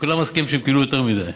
שכולם מסכימים שהם קיבלו יותר מדי.